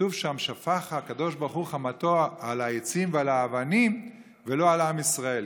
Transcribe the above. כתוב שם: שפך הקדוש ברוך הוא חמתו על העצים ועל האבנים ולא על עם ישראל,